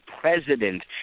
president